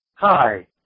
Hi